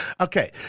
Okay